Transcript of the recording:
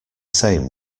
same